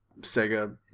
Sega